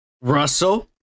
Russell